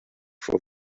for